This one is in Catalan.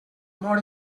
mor